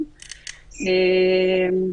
מה הבעיה?